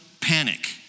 panic